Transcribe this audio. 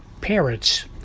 parrots